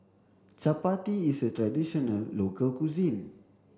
Chappati is a traditional local cuisine